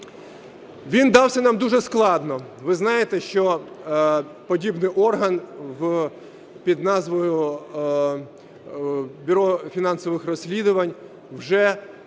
Він дався нам дуже складно. Ви знаєте, що подібний орган під назвою Бюро фінансових розслідувань уже проходив